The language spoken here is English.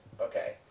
Okay